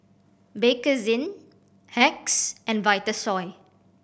Bakerzin Hacks and Vitasoy